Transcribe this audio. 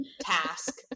task